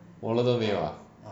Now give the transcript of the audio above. wallet 都没有啊